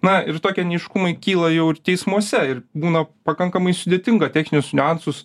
na ir tokie neaiškumai kyla jau ir teismuose ir būna pakankamai sudėtinga techninius niuansus